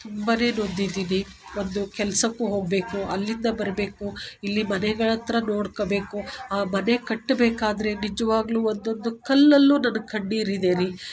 ತುಂಬಾ ನೊಂದಿದ್ದೀನಿ ಒಂದು ಕೆಲಸಕ್ಕೂ ಹೋಗಬೇಕು ಅಲ್ಲಿಂದ ಬರಬೇಕು ಇಲ್ಲಿ ಮನೆಗಳಹತ್ತಿರ ನೋಡ್ಕೋಬೇಕು ಆ ಮನೆ ಕಟ್ಟಬೇಕಾದ್ರೆ ನಿಜವಾಗ್ಲೂ ಒಂದೊಂದು ಕಲ್ಲಲ್ಲೂ ನನ್ನ ಕಣ್ಣೀರಿದೆ ರೀ